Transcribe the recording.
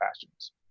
passions